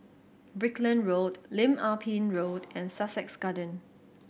Brickland Road Lim Ah Pin Road and Sussex Garden